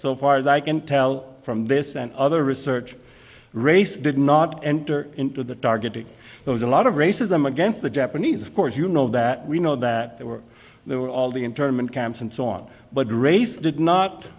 so far as i can tell from this and other research race did not enter into the targeting it was a lot of racism against the japanese of course you know that we know that there were there were all the internment camps and so on but race did not